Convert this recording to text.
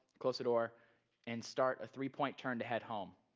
close the door and start a three-point turn to head home.